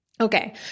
Okay